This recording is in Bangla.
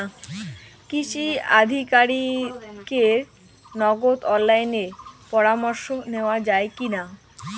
কৃষি আধিকারিকের নগদ অনলাইন পরামর্শ নেওয়া যায় কি না?